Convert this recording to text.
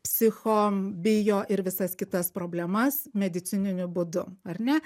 psicho bio ir visas kitas problemas medicininiu būdu ar ne